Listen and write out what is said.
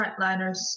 frontliners